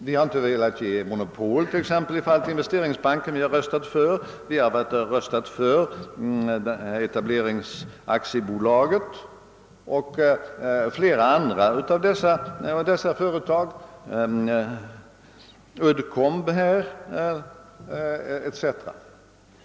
Vi har inte velat ge monopol för Investeringsbanken, men vi har röstat för Etableringsaktiebolaget och flera andra av dessa företag, Uddcomb m.fl.